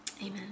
Amen